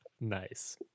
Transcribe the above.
Nice